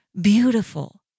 beautiful